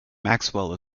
maxwell